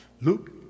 Luke